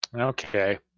Okay